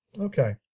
Okay